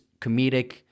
comedic